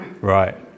right